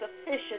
sufficient